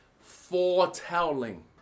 foretelling